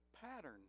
pattern